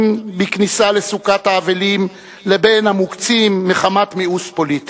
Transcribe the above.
בכניסה לסוכת האבלים לבין המוקצים מחמת מיאוס פוליטי.